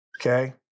Okay